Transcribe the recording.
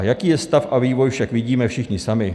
Jaký je stav a vývoj však vidíme všichni sami.